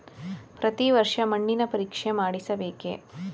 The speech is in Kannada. ಪ್ರತಿ ವರ್ಷ ಮಣ್ಣಿನ ಪರೀಕ್ಷೆ ಮಾಡಿಸಬೇಕೇ?